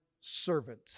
servant